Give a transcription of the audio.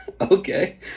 Okay